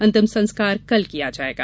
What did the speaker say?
अंतिम संस्कार कल किया जायेगा